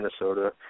Minnesota